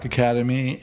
Academy